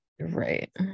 Right